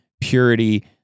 purity